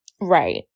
Right